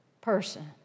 person